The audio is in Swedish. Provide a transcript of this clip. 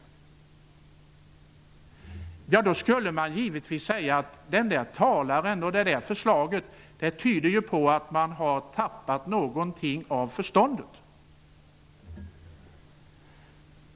Om någon sade så, skulle man givetvis säga: Den där talaren och detta förslag tyder på att man har tappat någonting av förståndet.